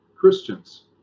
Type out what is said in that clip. Christians